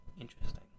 Interesting